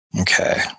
Okay